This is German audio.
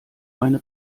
meine